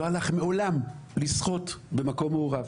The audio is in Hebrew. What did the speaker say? לא הלך מעולם לשחות במקום מעורב.